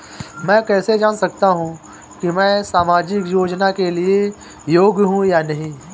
मैं कैसे जान सकता हूँ कि मैं सामाजिक योजना के लिए योग्य हूँ या नहीं?